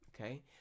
Okay